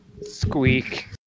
Squeak